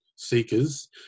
seekers